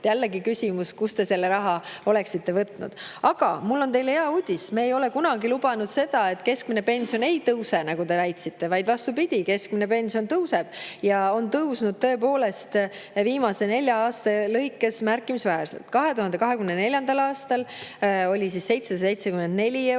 Jällegi küsimus, kust te selle raha oleksite võtnud. Aga mul on teile hea uudis. Me ei ole kunagi lubanud seda, et keskmine pension ei tõuse, nagu te väitsite. Vastupidi, keskmine pension tõuseb ja on tõusnud tõepoolest viimase nelja aasta lõikes märkimisväärselt. 2024. aastal oli 774 eurot,